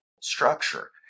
structure